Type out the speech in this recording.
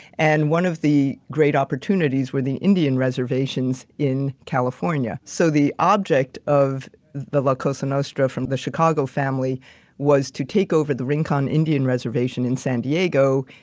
and one of the great opportunities were the indian reservations in california. so, the object of the la cosa nostra from the chicago family was to take over the rincon indian reservation in san diego.